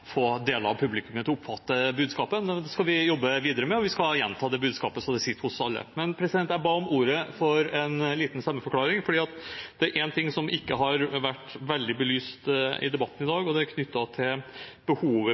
få deler av publikummet til å oppfatte budskapet, men det skal vi jobbe videre med, og vi skal gjenta det budskapet til det sitter hos alle. Men jeg ba om ordet til en liten stemmeforklaring, for det er én ting som ikke har vært veldig belyst i debatten i dag, og det er knyttet til behovet